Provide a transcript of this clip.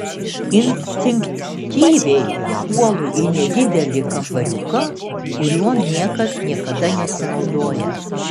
instinktyviai puolu į nedidelį kambariuką kuriuo niekas niekada nesinaudoja